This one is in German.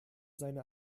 seine